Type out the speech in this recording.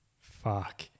fuck